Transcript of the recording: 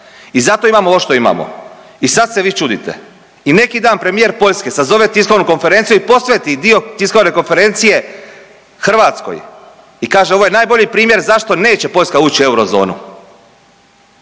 i zato imamo ovo što imamo. I sad se vi čudite. I neki dan premijer Poljske sazove tiskovnu konferenciju i posveti dio tiskovne konferenciji Hrvatskoj i kaže, ovo je najbolji primjer zašto neće Poljska ući u eurozonu.